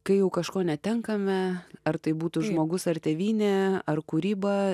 kai jau kažko netenkame ar tai būtų žmogus ar tėvynė ar kūryba